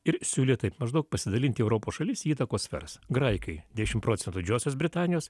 ir siūlė taip maždaug pasidalint europos šalis į įtakos sferas graikai dešimt procentų didžiosios britanijos